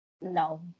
No